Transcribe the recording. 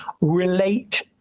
relate